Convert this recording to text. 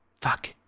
Fuck